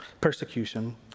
persecution